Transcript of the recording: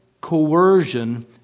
coercion